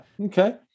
Okay